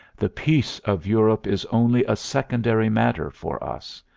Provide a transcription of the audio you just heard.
the peace of europe is only a secondary matter for us.